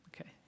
Okay